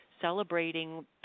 celebrating